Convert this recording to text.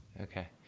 Okay